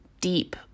deep